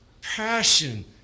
Passion